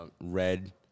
red